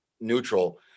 neutral